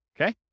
Okay